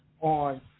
on